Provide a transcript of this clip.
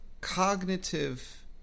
cognitive